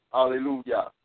Hallelujah